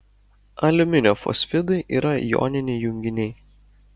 aliuminio fosfidai yra joniniai junginiai